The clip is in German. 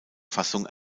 fassung